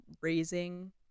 raising